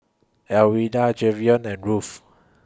Alwilda Jayvion and Ruth